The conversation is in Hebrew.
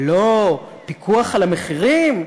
לא, פיקוח על המחירים?